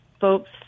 folks